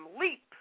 LEAP